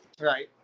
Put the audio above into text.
Right